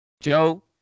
Joe